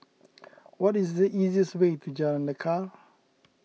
what is the easiest way to Jalan Lekar